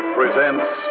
presents